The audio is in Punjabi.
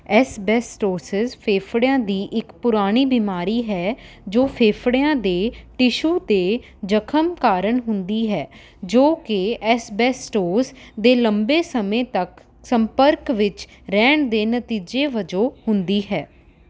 ਐਸਬੈਸਟੋਸਿਸ ਫੇਫੜਿਆਂ ਦੀ ਇੱਕ ਪੁਰਾਣੀ ਬਿਮਾਰੀ ਹੈ ਜੋ ਫੇਫੜਿਆਂ ਦੇ ਟਿਸ਼ੂ 'ਤੇ ਜ਼ਖ਼ਮ ਕਾਰਨ ਹੁੰਦੀ ਹੈ ਜੋ ਕਿ ਐਸਬੈਸਟੋਸ ਦੇ ਲੰਬੇ ਸਮੇਂ ਤੱਕ ਸੰਪਰਕ ਵਿੱਚ ਰਹਿਣ ਦੇ ਨਤੀਜੇ ਵਜੋਂ ਹੁੰਦੀ ਹੈ